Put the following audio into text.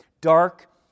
Dark